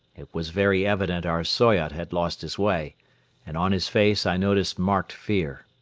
it was very evident our soyot had lost his way and on his face i noticed marked fear.